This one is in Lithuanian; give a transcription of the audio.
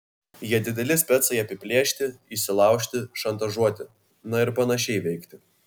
jie dideli specai apiplėšti įsilaužti šantažuoti na ir panašiai veikti